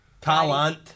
Talent